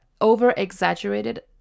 Over-exaggerated